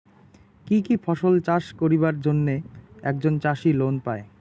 কি কি ফসল চাষ করিবার জন্যে একজন চাষী লোন পায়?